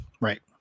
Right